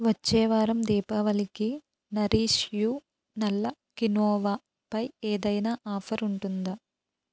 వచ్చేవారం దీపావళికి nourish you నల్ల కినోవాపై ఏదైనా ఆఫర్ ఉంటుందా